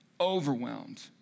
overwhelmed